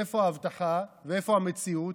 איפה ההבטחה ואיפה המציאות?